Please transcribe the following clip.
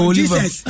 Jesus